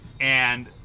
And-